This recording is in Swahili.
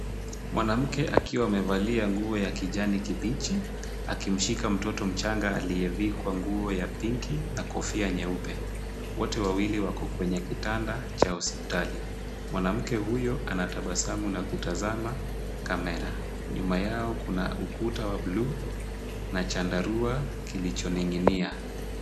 Mwanamke akiwa amevalia nguo ya kijani kibichi akimshika mtoto mchanga aliyevikw a nguo ya pinki na kofia nyeupe. Wote wawili wako kwenye kitanda cha hospitali. Mwanamke huyo anatabasamu na kutazama kamera nyuma yao kuna ukuta wa buluu na chandarua kilichoning'inia.